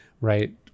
right